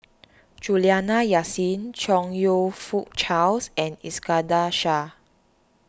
Juliana Yasin Chong You Fook Charles and Iskandar Shah